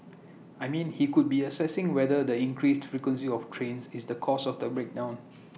I mean he could be assessing whether the increased frequency of trains is the cause of the break down